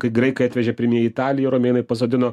kai graikai atvežė pirmieji į italiją romėnai pasodino